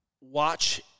Watch